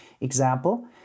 example